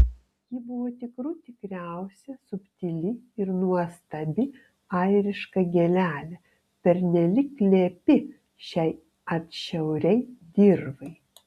ji buvo tikrų tikriausia subtili ir nuostabi airiška gėlelė pernelyg lepi šiai atšiauriai dirvai